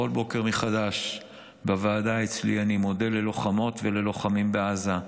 כל בוקר מחדש בוועדה אצלי אני מודה ללוחמות וללוחמים בעזה,